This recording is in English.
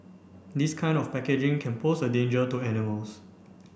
this kind of packaging can pose a danger to animals